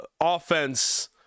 offense